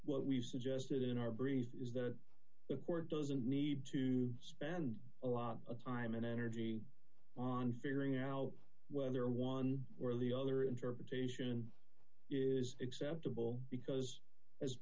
what we've suggested in our brains is that the court doesn't need to spend a lot of time and energy on figuring out whether one or the other interpretation is acceptable because as